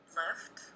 left